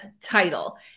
title